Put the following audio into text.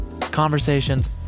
conversations